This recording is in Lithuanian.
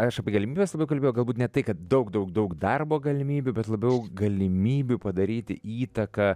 aš apie galimybes labiau kalbėjau galbūt ne tai kad daug daug daug darbo galimybių bet labiau galimybių padaryti įtaką